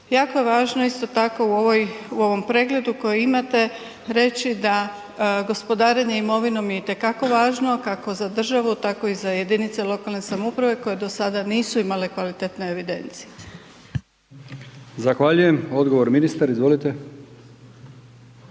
Jako je važno u ovom pregledu koji imate reći da gospodarenje imovinom je itekako važno kako za državu tako i za jedinice lokalne samouprave koje do sada nisu imale kvalitetne evidencije. **Brkić, Milijan (HDZ)**